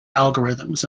algorithms